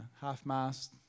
half-mast